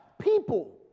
people